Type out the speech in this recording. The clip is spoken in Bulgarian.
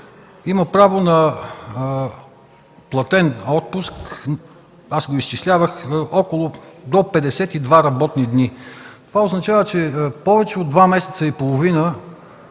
има право на платен отпуск, аз изчислявах – до 52 работни дни. Това означава, че повече от два месеца и половина,